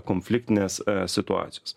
konfliktinės situacijos